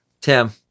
tim